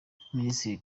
minisitiri